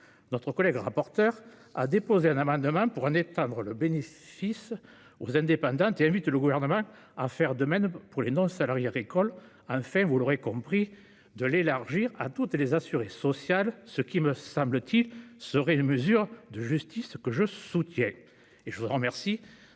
Notre collègue rapporteur a déposé un amendement visant à en étendre le bénéfice de cette disposition aux indépendantes et invite le Gouvernement à faire de même pour les non-salariées agricoles afin, vous l'aurez compris, de l'étendre à toutes les assurées sociales, ce qui serait une mesure de justice que je soutiens.